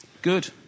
good